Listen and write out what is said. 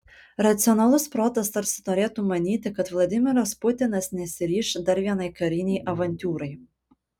racionalus protas tarsi norėtų manyti kad vladimiras putinas nesiryš dar vienai karinei avantiūrai